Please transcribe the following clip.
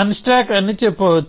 అన్ stock అని చెప్పవచ్చు